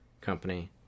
Company